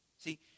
See